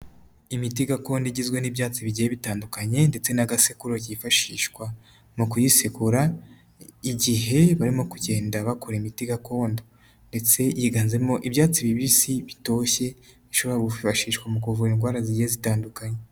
Imiti gakondo igizwe n'ibyatsi bigiye bitandukanye ndetse n'agasekururo kifashishwa mu kuyisegura, igihe barimo kugenda bakora imiti gakondo ndetse yiganjemo ibyatsi bibisi bitoshye bishobora kwifashishwa mu kuvura indwara zigiye zitandukanye.